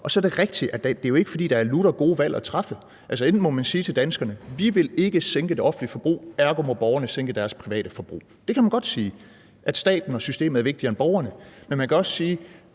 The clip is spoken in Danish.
Så er det rigtigt, at det jo ikke er, fordi der er lutter gode valg at træffe. Altså, man kan sige til danskerne: Vi vil ikke sænke det offentlige forbrug, ergo må borgerne sænke deres private forbrug. Det kan man godt sige, altså at staten og systemet er vigtigere end borgerne. Men man kan også sige: